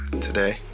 today